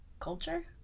culture